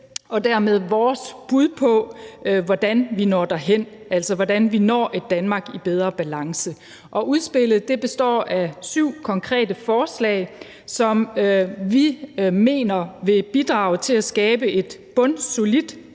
og dermed vores bud på, hvordan vi når derhen, altså hvordan vi når et Danmark i bedre balance. Udspillet består af syv konkrete forslag, som vi mener vil bidrage til at skabe et bundsolidt